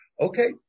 Okay